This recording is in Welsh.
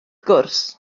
gwrs